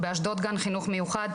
באשדוד גן חינוך מיוחד,